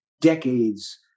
decades